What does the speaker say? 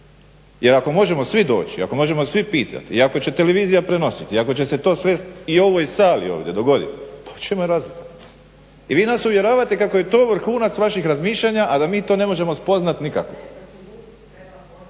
Jer ako možemo svi doći i ako možemo svi pitat i ako će televizija prenositi i ako će se to sve i u ovoj sali ovdje dogoditi pa u čemu je razlika. I vi nas uvjeravate kako je to vrhunac vaših razmišljanja, a da mi to ne možemo spoznat nikako.